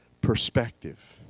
Perspective